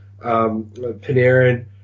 Panarin